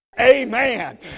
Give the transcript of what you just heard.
Amen